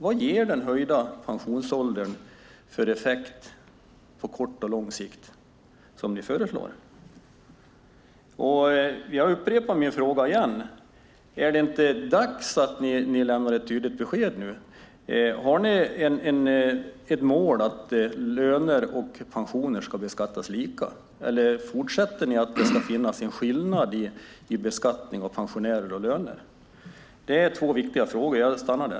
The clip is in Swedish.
Vad ger den höjda pensionsålder ni föreslår för effekt på kort och lång sikt? Jag upprepar min fråga: Är det inte dags att ni lämnar ett tydligt besked nu? Har ni ett mål att löner och pensioner ska beskattas lika, eller fortsätter ni med att det ska finnas en skillnad i beskattning mellan pensioner och löner? Det är två viktiga frågor. Jag stannar där.